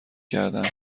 کردهاند